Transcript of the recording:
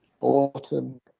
Autumn